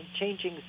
Changing